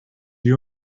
you